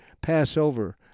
Passover